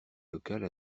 locale